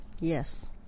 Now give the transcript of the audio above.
Yes